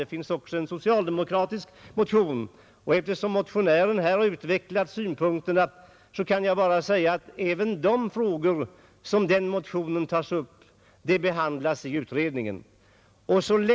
Det finns också en socialdemokratisk motion, och eftersom motionären här 202 utvecklat sina synpunkter vill jag bara säga att även de frågor som tas upp i den motionen behandlas i utredningen.